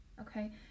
okay